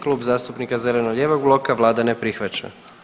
Klub zastupnika zeleno-lijevog bloka, vlada ne prihvaća.